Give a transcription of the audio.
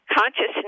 consciousness